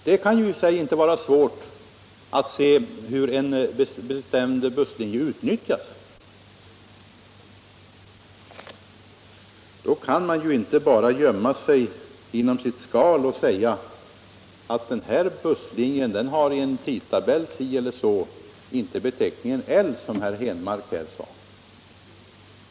Det kan väl i och för sig inte vara svårt att se hur — trafik en bestämd busslinje utnyttjas, och då kan man inte bara dra sig inom sitt skal och påstå att den busslinjen i en tidtabell si eller så inte har beteckningen L, som herr Henmark här sade.